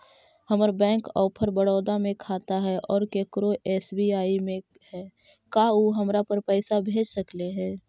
हमर bank of Baroda में खाता है और केकरो एस.बी.आई में है का उ हमरा पर पैसा भेज सकले हे?